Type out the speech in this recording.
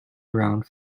around